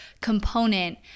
component